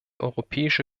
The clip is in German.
europäische